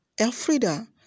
Elfrida